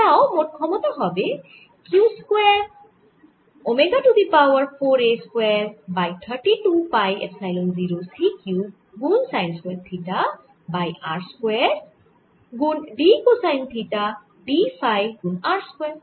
তাই মোট ক্ষমতা হবে q square omega to the power 4 a square by 32 pi epsilon 0 c cube গুন sine square theta by r square গুন d cosine theta d phi গুন r square